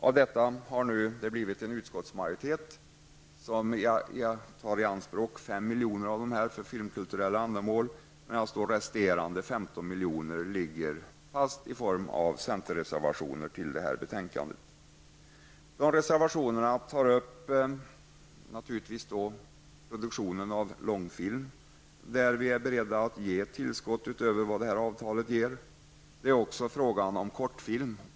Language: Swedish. Av detta har det nu blivit en utskottsmajoritet som tar i anspråk 5 miljoner av dessa pengar för filmkulturella ändamål, medan resterande 15 miljoner ligger fast i centerreservationer till betänkandet. I de reservationerna tas naturligtvis produktionen av långfilm upp. Vi är där beredda att ge tillskott utöver vad avtalet ger. Det är också fråga om kortfilm.